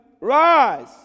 Rise